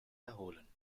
erholen